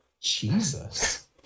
Jesus